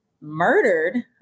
murdered